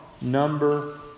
number